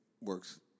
works